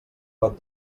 got